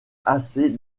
assez